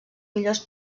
millors